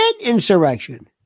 insurrection